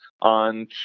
on